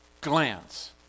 glance